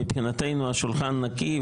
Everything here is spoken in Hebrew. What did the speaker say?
מבחינתנו השולחן נקי,